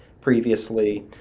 previously